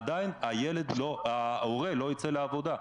עדיין ההורה לא ייצא לעבודה.